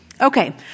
Okay